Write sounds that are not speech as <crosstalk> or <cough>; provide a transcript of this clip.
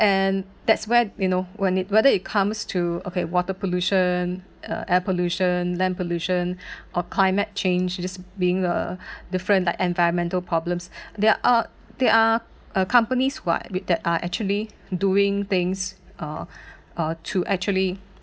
and that's when you know when it whether it comes to okay water pollution uh air pollution land pollution <breath>